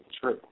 true